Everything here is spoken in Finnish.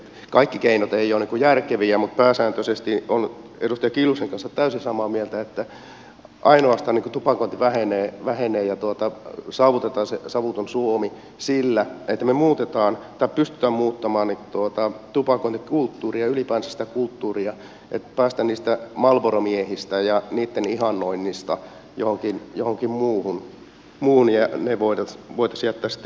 kaikki keinot eivät ole järkeviä mutta pääsääntöisesti olen edustaja kiljusen kanssa täysin samaa mieltä että tupakointi vähenee ja saavutetaan se savuton suomi ainoastaan sillä että me pystymme muuttamaan tupakointikulttuuria ylipäänsä sitä kulttuuria että päästään niistä marlboro miehistä ja niitten ihannoinnista johonkin muuhun ja ne voitaisiin jättää sitten historiaan